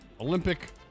Olympic